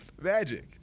Magic